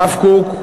הרב קוק,